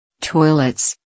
Toilets